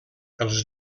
els